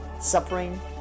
suffering